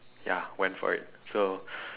ya went for it so